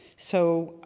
so,